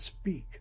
speak